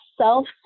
self